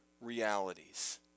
realities